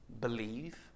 believe